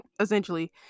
essentially